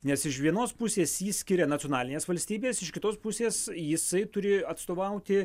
nes iš vienos pusės jį skiria nacionalinės valstybės iš kitos pusės jisai turi atstovauti